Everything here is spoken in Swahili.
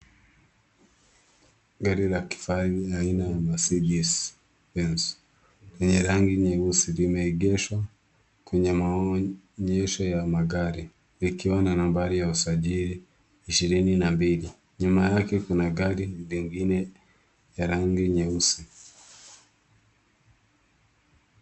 Gari la kifahari aina ya Mercedes Benz lenye rangi nyeusi, limeegeshwa kwenye maonyesho ya magari, likiwa na nambari ya usajili ishirini na mbili. Nyuma yake kuna gari lingine ya rangi nyeusi.